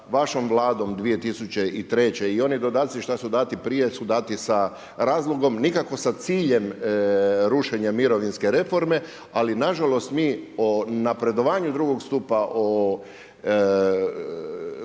vašom vladom 2003. i oni dodaci što su dati prije su dati sa razlogom, nikako sa ciljem rušenja mirovinske reforme ali nažalost mi o napredovanju II. stupa, o